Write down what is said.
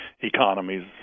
economies